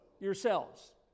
yourselves